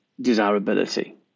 desirability